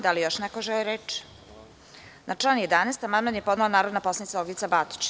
Da li još neko želi reč? (Ne.) Na član 11. amandman je podnela narodna poslanica Olgica Batić.